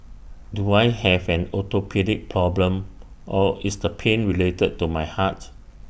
do I have an orthopaedic problem or is the pain related to my heart